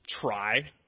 try